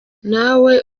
nawe